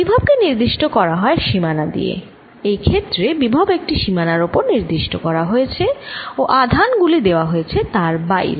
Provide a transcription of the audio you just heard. বিভব কে নির্দিষ্ট করা হয় সীমানা দিয়ে এই ক্ষেত্রে বিভব একটি সীমানার ওপর নির্দিষ্ট করা হয়েছে ও আধান গুলি দেওয়া হয়েছে তার বাইরে